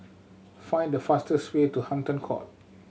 find the fastest way to Hampton Court